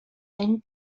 and